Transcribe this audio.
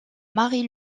marie